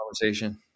conversation